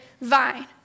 vine